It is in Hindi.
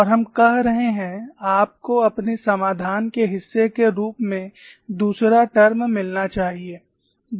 और हम कह रहे हैं आपको अपने समाधान के हिस्से के रूप में दूसरा टर्म मिलना चाहिए